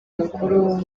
mukuru